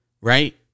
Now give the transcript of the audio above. Right